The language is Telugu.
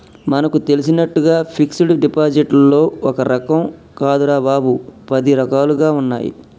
మనకు తెలిసినట్లుగా ఫిక్సడ్ డిపాజిట్లో ఒక్క రకం కాదురా బాబూ, పది రకాలుగా ఉన్నాయి